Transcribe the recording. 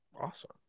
awesome